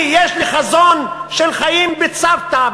יש לי חזון של חיים בצוותא,